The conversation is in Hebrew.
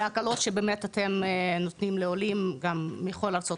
והקלות שהמשרד נותן לעולים גם מכל ארצות